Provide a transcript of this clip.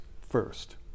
first